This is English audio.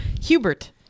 Hubert